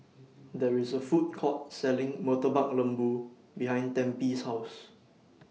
There's A Food Court Selling Murtabak Lembu behind Tempie's House